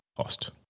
cost